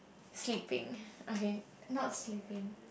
sweet thing okay not sleeping